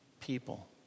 people